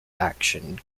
action